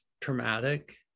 traumatic